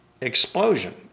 explosion